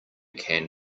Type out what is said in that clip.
can